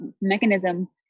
mechanism